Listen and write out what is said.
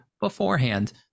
beforehand